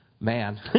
man